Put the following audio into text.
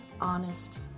honest